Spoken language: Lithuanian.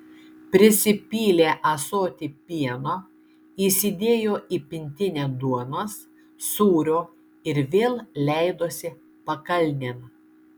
prisipylė ąsotį pieno įsidėjo į pintinę duonos sūrio ir vėl leidosi pakalnėn